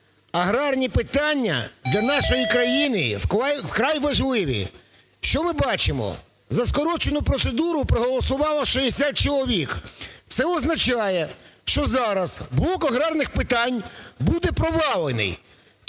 Аграрні питання для нашої країни вкрай важливі. Що ми бачимо? За скорочену процедуру проголосувало 60 чоловік. Це означає, що зараз блок аграрних питань буде провалений.